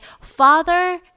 father